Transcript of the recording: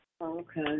Okay